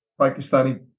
Pakistani